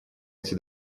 эти